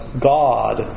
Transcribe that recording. God